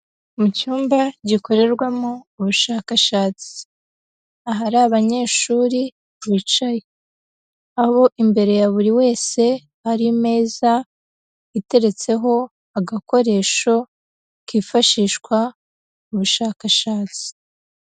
Mu cyumba gikorerwamo ubushakashatsi, ahari abanyeshuri bicaye, aho imbere ya buri wese hari imeza, iteretseho agakoresho kifashishwa mu bushakashatsi.